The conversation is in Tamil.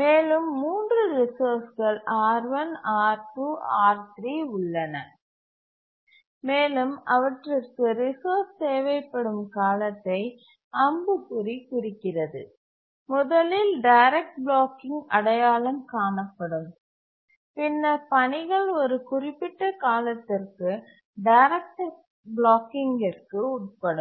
மேலும் 3 ரிசோர்ஸ்கள் R1 R2 R3 உள்ளன மேலும் அவற்றிற்கு ரிசோர்ஸ் தேவைப்படும் காலத்தை அம்புக்குறி குறிக்கிறது முதலில் டைரக்ட் பிளாக்கிங் அடையாளம் காணப்படும் பின்னர் பணிகள் ஒரு குறிப்பிட்ட காலத்திற்கு டைரக்ட் பிளாக்கிங்கிற்கு உட்படும்